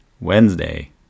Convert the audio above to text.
Wednesday